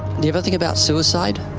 you ever think about suicide?